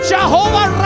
Jehovah